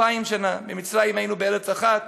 2,000 שנה, ממצרים, היינו בארץ אחת,